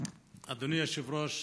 אדוני היושב-ראש,